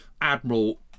admiral